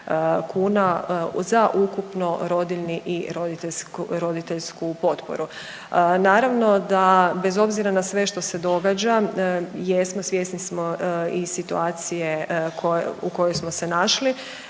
kuna za ukupno rodiljni i roditeljsku potporu. Naravno da bez obzira na sve što se događa, jesmo, svjesni smo i situacije u kojoj smo se našli,